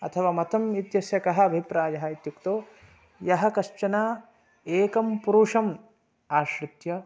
अथवा मतम् इत्यस्य कः अभिप्रायः इत्युक्तौ यः कश्चन एकं पुरुषम् आश्रित्य